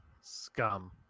scum